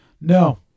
No